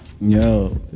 Yo